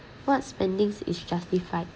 what spendings you should justify